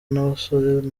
n’abasore